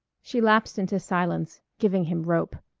she lapsed into silence, giving him rope.